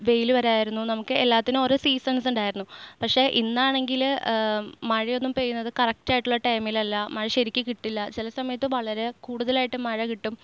വെയിൽ വരുമായിരുന്നു നമുക്ക് എല്ലാത്തിനും ഓരോ സീസൺസ് ഉണ്ടായിരുന്നു പക്ഷേ ഇന്നാണെങ്കിൽ മഴയൊന്നും പെയ്യുന്നത് കറക്റ്റ് ആയിട്ടുള്ള ടൈമിൽ അല്ല മഴ ശരിക്കും കിട്ടില്ല ചില സമയത്ത് വളരെ കൂടുതലായിട്ട് മഴ കിട്ടും